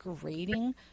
grading